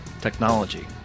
technology